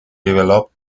developed